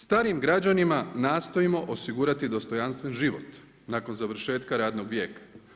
Starijim građanima nastojim osigurati dostojanstven život nakon završetka radnog vijeka.